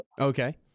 Okay